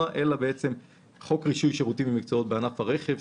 אלא מחוק רישוי שירותים ומקצועות בענף הרכב,